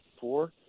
Four